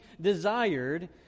desired